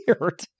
weird